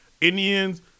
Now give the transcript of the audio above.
Indians